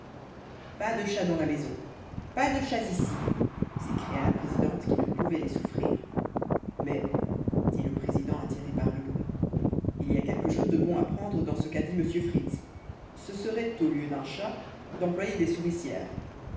pas de chats dans la maison pas de chats ici s'écria la présidente qui ne pouvait pas les souffrir mais dit le président attiré par le bruit il y a quelque chose de bon à prendre dans ce qu'a dit m fritz ce serait au lieu d'un chat d'employer des souricières